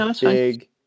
big